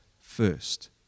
first